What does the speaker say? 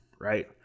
Right